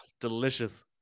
delicious